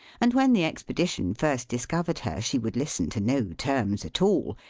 and when the expedition first discovered her, she would listen to no terms at all,